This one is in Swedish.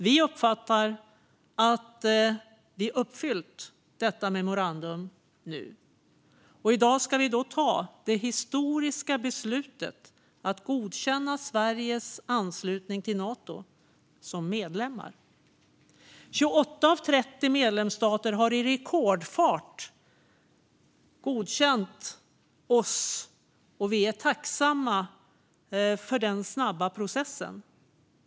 Vi uppfattar att vi har uppfyllt detta memorandum, och i dag ska vi ta det historiska beslutet att godkänna Sveriges anslutning till Nato. I rekordfart har 28 av 30 medlemsländer godkänt oss, och vi är tacksamma för den snabba processen.